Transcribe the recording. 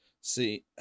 See